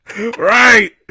Right